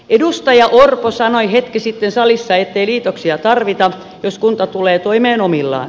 edustaja orpo sanoi hetki sitten salissa ettei liitoksia tarvita jos kunta tulee toimeen omillaan